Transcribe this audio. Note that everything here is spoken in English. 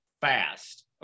fast